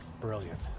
brilliant